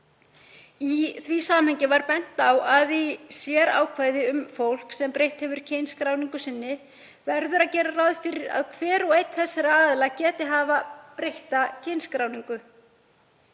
Í því samhengi var bent á að í sérákvæði um fólk sem breytt hefur kynskráningu sinni verður að gera ráð fyrir að hver og einn þessara aðila geti haft breytta kynskráningu.